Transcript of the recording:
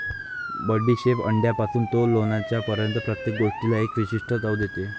बडीशेप अंड्यापासून ते लोणच्यापर्यंत प्रत्येक गोष्टीला एक विशिष्ट चव देते